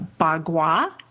bagua